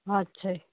ਅੱਛਾ ਜੀ